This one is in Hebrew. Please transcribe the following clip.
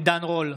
עידן רול,